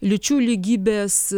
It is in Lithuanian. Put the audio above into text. lyčių lygybės